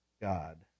God